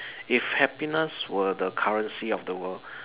if happiness were the currency of the world